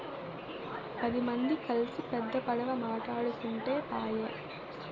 పది మంది కల్సి పెద్ద పడవ మాటాడుకుంటే పాయె